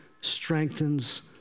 strengthens